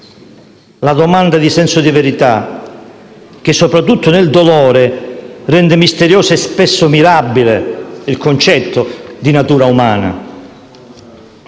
la domanda di senso di verità, che, soprattutto nel dolore, rende misterioso e spesso mirabile il concetto di natura umana.